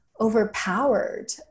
overpowered